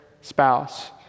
spouse